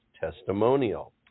testimonial